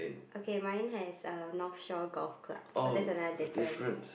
okay mine has a north shell golf club so that's another difference